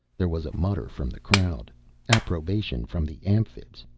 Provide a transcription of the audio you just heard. there was a mutter from the crowd approbation from the amphibs,